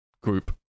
group